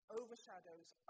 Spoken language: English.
overshadows